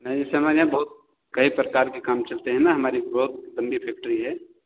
नहीं जैसे हमारे यहाँ बहुत कई प्रकार के काम चलते हैं ना हमारी बहुत लंबी फैक्ट्री है